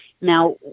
Now